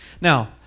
Now